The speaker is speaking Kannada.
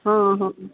ಹಾಂ ಹಾಂ